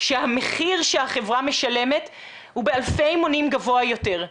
שהמחיר שהחברה משלמת הוא באלפי מונים גבוה יותר,